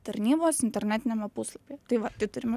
tarnybos internetiniame puslapyje tai va tai turime